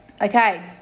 Okay